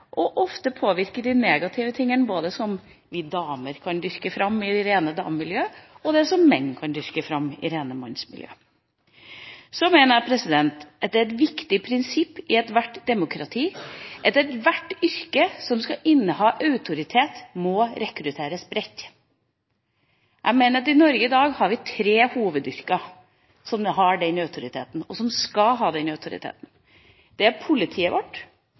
og ofte påvirker de negative tingene – både det som vi damer kan dyrke fram i rene damemiljøer, og det som menn kan dyrke fram i rene mannsmiljøer. Så mener jeg at det er et viktig prinsipp i ethvert demokrati at det til ethvert yrke som skal inneha autoritet, må rekrutteres bredt. Jeg mener at i Norge i dag har vi tre hovedyrker som har den autoriteten, og som skal ha den autoriteten. Det er politiet vårt,